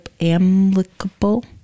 amicable